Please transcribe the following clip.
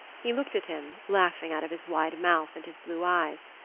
he looked at him, laughing out of his wide mouth and his blue eyes.